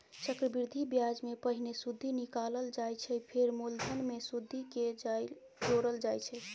चक्रबृद्धि ब्याजमे पहिने सुदि निकालल जाइ छै फेर मुलधन मे सुदि केँ जोरल जाइ छै